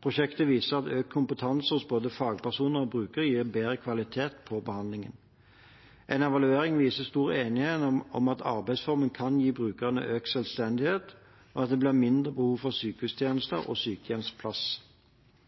Prosjektet viser at økt kompetanse hos både fagpersoner og brukere gir bedre kvalitet på behandlingen. En evaluering viser stor enighet om at arbeidsformen kan gi brukerne økt selvstendighet, og at det blir mindre behov for sykehustjenester og sykehjemsplass.